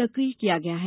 सक्रिय किया गया है